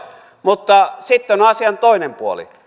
mutta sitten on on asian toinen puoli